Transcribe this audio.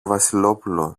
βασιλόπουλο